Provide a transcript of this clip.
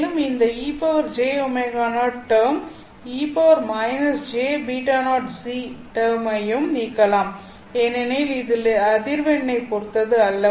மேலும் இந்த ejω0 term e jβ0z டெர்மையும் நீக்கலாம் ஏனெனில் இது அதிர்வெண்ணைப் பொறுத்தது அல்ல